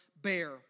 bear